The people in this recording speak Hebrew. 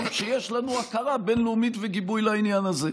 שיש לנו הכרה בין-לאומית וגיבוי לעניין הזה,